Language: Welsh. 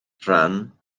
rhan